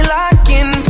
locking